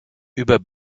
über